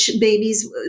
babies